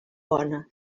bona